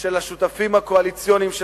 של השותפים הקואליציוניים שלך.